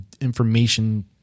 information